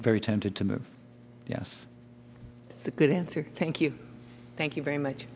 very tempted to move yes the good answer thank you thank you very much